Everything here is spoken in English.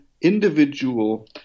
individual